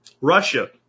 Russia